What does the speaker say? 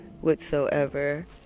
whatsoever